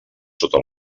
sota